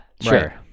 Sure